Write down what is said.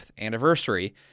anniversary